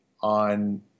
on